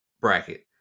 bracket